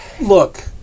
Look